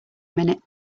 minute